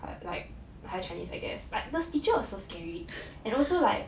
err like higher chinese I guess but the teacher was so scary and also like